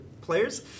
players